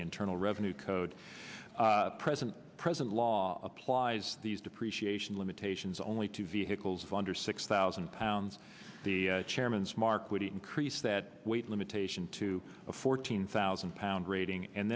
internal revenue code present present law applies these depreciation limitations only to vehicles under six thousand pounds the chairman's mark would increase that weight limitation to a fourteen thousand pound rating and